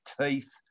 teeth